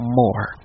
more